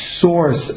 source